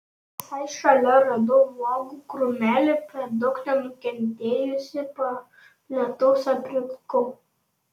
visai šalia radau uogų krūmelį per daug nenukentėjusį po lietaus aprinkau